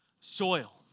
soil